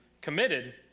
committed